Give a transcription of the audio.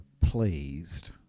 pleased